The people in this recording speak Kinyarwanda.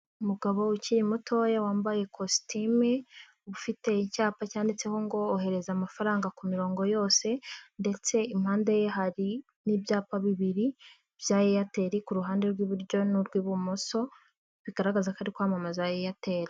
Umugabo ukiri mutoya wambaye ikositimu ufite icyapa cyanditseho ngo ohereza amafaranga ku mirongo yose ndetse impande ye hari n'ibyapa bibiri bya Eyateri ku ruhande rw'iburyo n'urw'ibumoso bigaragaza ko ari kwamamaza Eyateri.